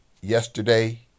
Yesterday